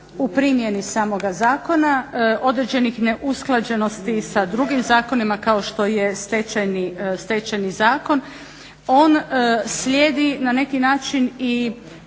u primjeni samoga zakona, određenih neusklađenosti sa drugim zakonima kao što je Stečajni zakon. On slijedi na neki način i